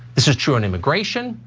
this is true on immigration,